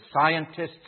scientists